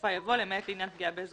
בסופה יבוא "למעט לעניין פגיעה באזור